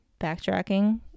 backtracking